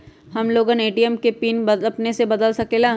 हम लोगन ए.टी.एम के पिन अपने से बदल सकेला?